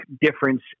difference